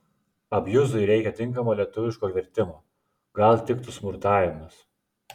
abjuzui reika tinkamo lietuviško vertimo gal tiktų smurtavimas